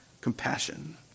compassion